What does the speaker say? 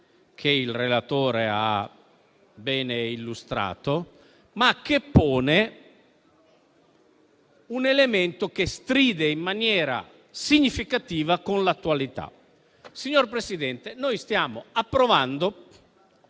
che il relatore ha bene illustrato, ma che pone un elemento che stride in maniera significativa con l'attualità. Signor Presidente, noi stiamo approvando